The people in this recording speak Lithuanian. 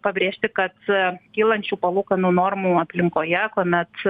pabrėžti kad kylančių palūkanų normų aplinkoje kuomet